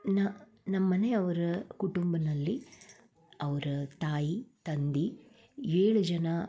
ನಾ ನಮ್ಮ ಮನೆಯವ್ರ ಕುಟುಂಬನಲ್ಲಿ ಅವ್ರ ತಾಯಿ ತಂದೆ ಏಳು ಜನ